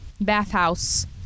Bathhouse